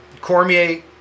Cormier